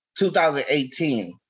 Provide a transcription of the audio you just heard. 2018